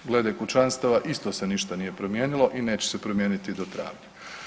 Glede kućanstava isto se nije ništa promijenilo i neće se promijeniti do travnja.